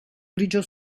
grigio